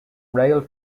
rail